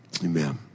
Amen